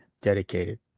dedicated